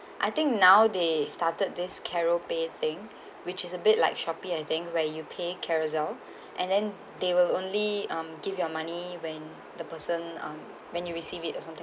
I think nowadays started this caroupay thing which is a bit like Shopee I think where you pay Carousell and then they will only um give your money when the person um when you receive it or something